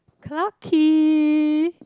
Clarke-Quay